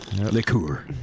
Liqueur